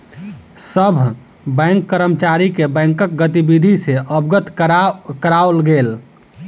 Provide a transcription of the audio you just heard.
सभ बैंक कर्मचारी के बैंकक गतिविधि सॅ अवगत कराओल गेल